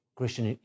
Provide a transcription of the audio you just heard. Christian